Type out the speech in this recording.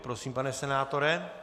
Prosím, pane senátore.